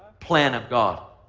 plan of god.